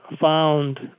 found